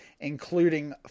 including